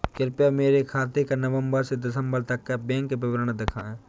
कृपया मेरे खाते का नवम्बर से दिसम्बर तक का बैंक विवरण दिखाएं?